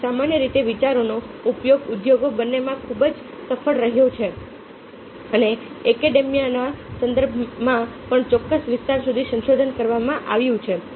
તેથી સામાન્ય રીતે વિચારોનો ઉપયોગ ઉદ્યોગ બંનેમાં ખૂબ જ સફળ રહ્યો છે અને એકેડેમીયાના સંદર્ભમાં પણ ચોક્કસ વિસ્તાર સુધી સંશોધન કરવામાં આવ્યું છે